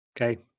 Okay